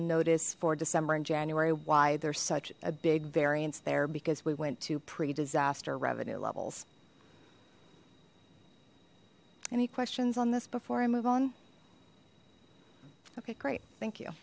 notice for december and january why there's such a big variance there because we went to pre disaster revenue levels any questions on this before i move on okay great thank you